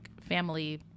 family